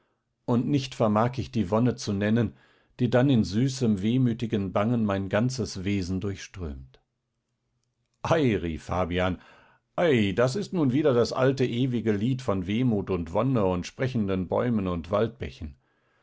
und nicht vermag ich die wonne zu nennen die dann in süßem wehmütigen bangen mein ganzes wesen durchströmt ei rief fabian ei das ist nun wieder das alte ewige lied von wehmut und wonne und sprechenden bäumen und